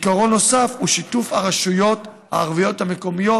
עיקרון נוסף הוא שיתוף הרשויות המקומיות